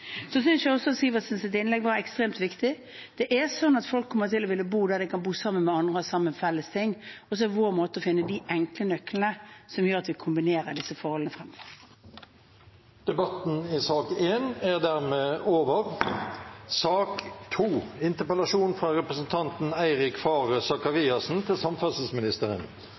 Så synes jeg også at representanten Sivertsens innlegg var ekstremt viktig. Folk kommer til å ville bo der de kan bo sammen med andre, og være sammen om felles ting. Så er det vår oppgave å finne de enkle nøklene som gjør at vi kombinerer disse forholdene fremover. Debatten i sak nr. 1 er dermed